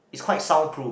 is quite soundproof